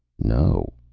no,